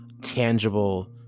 tangible